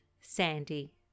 Sandy